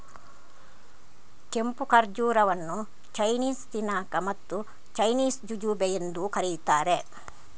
ಕೆಂಪು ಖರ್ಜೂರವನ್ನು ಚೈನೀಸ್ ದಿನಾಂಕ ಮತ್ತು ಚೈನೀಸ್ ಜುಜುಬೆ ಎಂದೂ ಕರೆಯುತ್ತಾರೆ